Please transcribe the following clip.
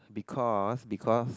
because because